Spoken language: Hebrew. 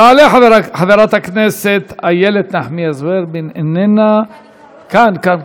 תעלה חברת הכנסת איילת נחמיאס ורבין, אינה נוכחת.